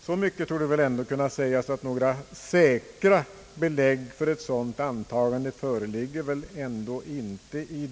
Så mycket torde ändå kunna sägas, att några säkra belägg för ett sådant antagande inte föreligger i dag.